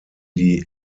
die